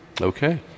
Okay